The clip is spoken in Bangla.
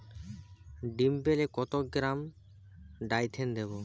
ডিস্মেলে কত গ্রাম ডাইথেন দেবো?